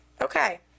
Okay